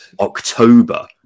October